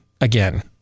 again